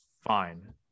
fine